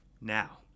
Now